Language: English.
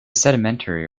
sedimentary